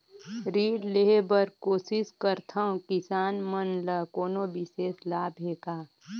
ऋण लेहे बर कोशिश करथवं, किसान मन ल कोनो विशेष लाभ हे का?